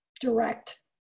direct